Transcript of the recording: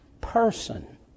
person